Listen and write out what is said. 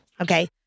okay